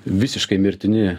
visiškai mirtini